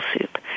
soup